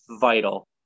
vital